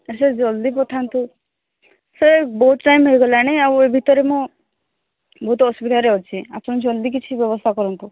ଆ sir ଜଲ୍ଦି ପଠାନ୍ତୁ sir ବହୁତ ଟାଇମ୍ ହେଇଗଲାଣି ଆଉ ଏ ଭିତରେ ମୁଁ ବହୁତ ଅସୁବିଧାରେ ଅଛି ଆପଣ ଜଲ୍ଦି କିଛି ବ୍ୟବସ୍ଥା କରନ୍ତୁ